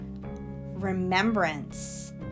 remembrance